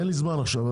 אין לי זמן עכשיו,